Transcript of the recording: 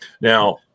now